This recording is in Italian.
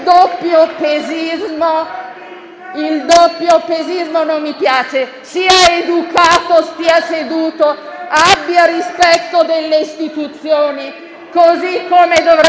il doppiopesismo non mi piace. Sia educato, stia seduto, abbia rispetto delle istituzioni, così come dovrebbe